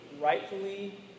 rightfully